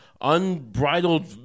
unbridled